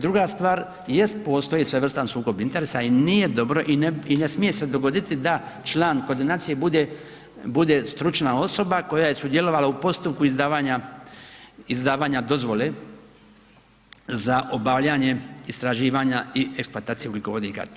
Druga stvar, jest postoji svojevrstan sukob interesa i nije dobro i ne smije se dogoditi da član koordinacije bude stručna osoba koja je sudjelovala u postupku izdavanja dozvole za obavljanje istraživanja i eksploatacije ugljikovodika.